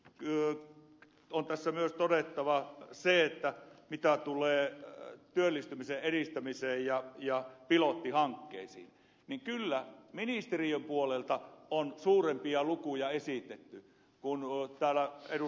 on tässä myös todettava se että mitä tulee työllistymisen edistämiseen ja pilottihankkeisiin niin kyllä ministeriön puolelta on suurempia lukuja esitetty kun ed